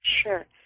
Sure